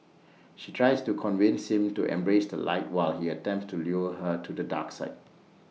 she tries to convince him to embrace the light while he attempts to lure her to the dark side